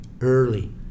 early